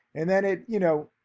and then it you know,